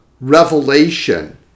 revelation